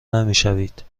نمیشوید